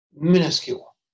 Minuscule